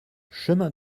chemin